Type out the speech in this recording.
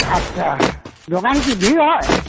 আচ্ছা দোকানে কি ভিড় হয়